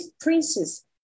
princes